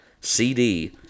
CD